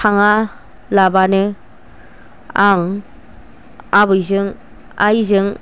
थाङालाबानो आं आबैजों आइजों